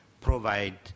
provide